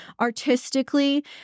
artistically